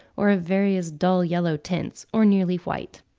or of various dull yellow tints, or nearly white.